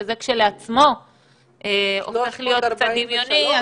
שזה כשלעצמו הופך להיות קצת דמיוני,